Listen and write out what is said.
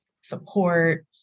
support